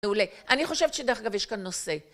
מעולה. אני חושבת שדרך אגב יש כאן נושא.